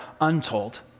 untold